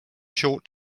short